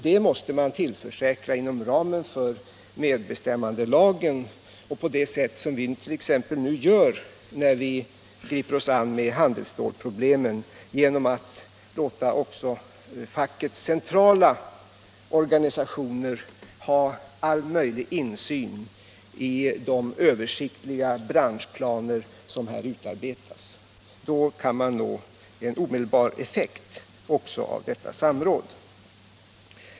Det inflytandet måste tillförsäkras dem inom ramen för medbestämmandelagen och på det sätt som vi t.ex. gör när vi griper oss an med handelsstålsproblemen, då vi låter också fackets centrala organisationer ha all möjlig insyn i de översiktliga branschplaner som utarbetas. Därigenom kan man nå en omedelbar effekt av detta samråd.